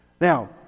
Now